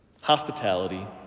hospitality